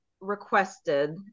requested